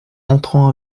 entrant